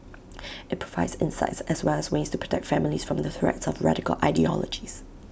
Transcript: IT provides insights as well as ways to protect families from the threats of radical ideologies